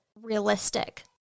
realistic